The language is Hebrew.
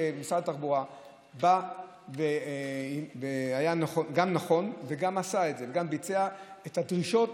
משרד התחבורה גם היה נכון לבצע וגם ביצע את הדרישות